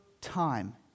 time